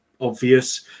obvious